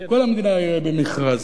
כל המדינה היום במכרז.